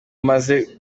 maze